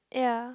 ya